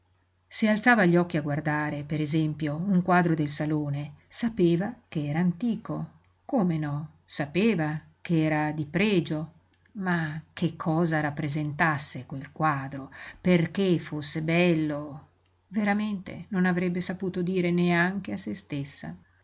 se alzava gli occhi a guardare per esempio un quadro del salone sapeva ch'era antico come no sapeva ch'era di pregio ma che cosa rappresentasse quel quadro perché fosse bello veramente non avrebbe saputo dire neanche a se stessa